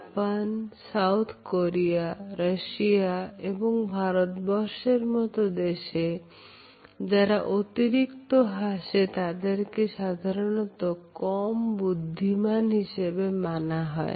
Japan South Korea Russia এবং ভারতবর্ষের মতো দেশে যারা অতিরিক্ত হাসে তাদেরকে সাধারণত কম বুদ্ধিমান হিসেবে মানা হয়